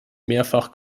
mehrfach